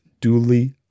duly